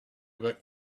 back